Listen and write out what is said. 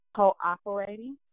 cooperating